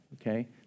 okay